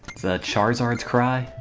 charizard's cry